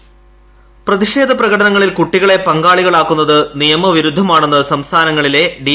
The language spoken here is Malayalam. വോയ്സ് പ്രതിഷേധപ്രകടനങ്ങളിൽ കുട്ടികളെ പങ്കാളികളാക്കുന്നത് നിയമവിരുദ്ധമാണെന്ന് സംസ്ഥാനങ്ങളിലെയും ഡി